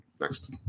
Next